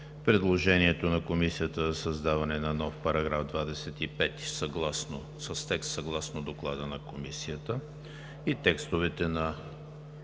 предложението на Комисията за създаване на нов § 25 с текст съгласно Доклада на Комисията и текстовете на